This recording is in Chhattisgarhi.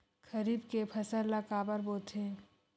खरीफ के फसल ला काबर बोथे?